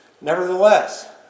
Nevertheless